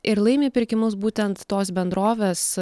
ir laimi pirkimus būtent tos bendrovės